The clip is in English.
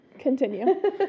Continue